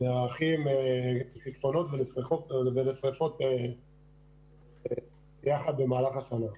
נערכים לשיטפונות ולשרפות יחד במהלך השנה.